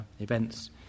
events